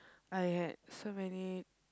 I had so many